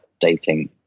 dating